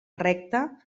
recte